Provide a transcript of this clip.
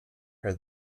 her